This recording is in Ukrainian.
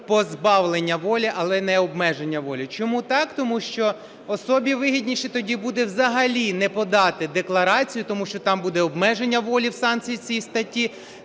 позбавлення волі, але не обмеження волі. Чому так, тому що особі вигідніше тоді буде взагалі не подати декларацію, тому що там буде обмеження волі в санкції цієї статті